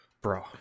Bro